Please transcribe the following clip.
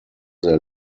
their